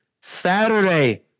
Saturday